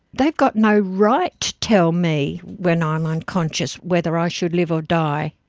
they've got no right to tell me, when i'm unconscious, whether i should live or die.